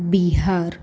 Bihar